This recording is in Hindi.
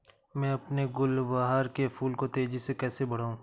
मैं अपने गुलवहार के फूल को तेजी से कैसे बढाऊं?